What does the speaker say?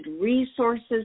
resources